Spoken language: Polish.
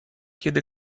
kiedy